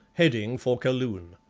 heading for kaloon.